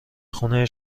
خونه